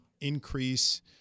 increase